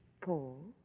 Paul